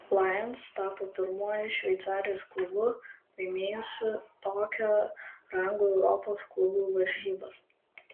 lions tapo pirmuoju šveicarijos klubu laimėjusiu tokio rango europos klubų varžybas